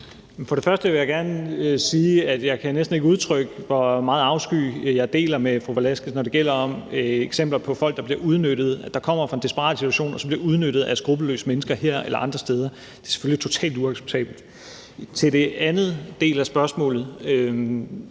(S) : Først vil jeg gerne sige, at jeg næsten ikke kan udtrykke, hvor meget afsky jeg deler med fru Victoria Velasquez, når det gælder folk, der kommer fra en desperat situation og bliver udnyttet af skruppelløse mennesker her eller andre steder. Det er selvfølgelig totalt uacceptabelt. Til den anden del af spørgsmålet